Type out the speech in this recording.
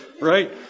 Right